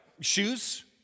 Shoes